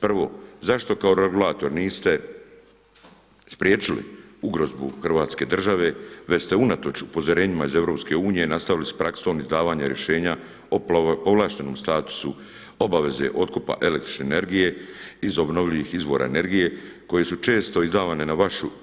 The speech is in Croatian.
Prvo, zašto kao regulator niste spriječili ugrozbu Hrvatske države već ste unatoč upozorenjima iz EU nastavili s praksom izdavanja rješenja o ovlaštenom statusu obaveze otkupa električne energije iz obnovljivih izvora energije koje su često izdavane na